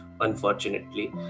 unfortunately